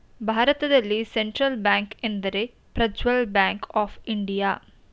ಭಾರತದಲ್ಲಿ central bank ಎಂದರೆ Prajwal bank of India